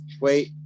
Wait